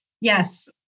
yes